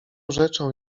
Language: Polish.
rzeczą